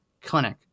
clinic